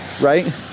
right